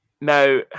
Now